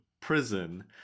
prison